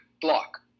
block